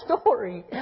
story